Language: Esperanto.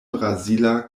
brazila